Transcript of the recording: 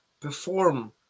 perform